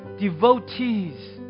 devotees